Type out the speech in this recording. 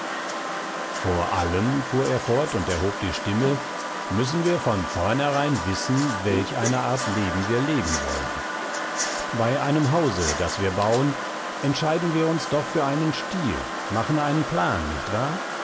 vor allem fuhr er fort und erhob die stimme müssen wir von vornherein wissen welch eine art leben wir leben wollen bei einem hause das wir bauen entscheiden wir uns doch für einen stil machen einen plan nicht wahr